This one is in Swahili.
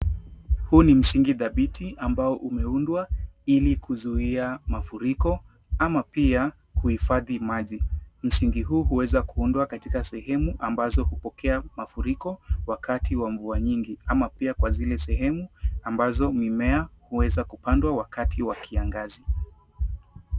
Huu ni msingi dhabiti ambao umeundwa ili kuzuia mafuriko ama pia kuhifadhi maji. Msingi huu huweza kuundwa katika sehemu amazo hupokea mafuriko wakati wa mvua nyingi ama pia kwa zile sehemu ambazo mimea huweza kupandwa wakati wa kiangazi.